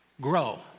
Grow